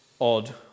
odd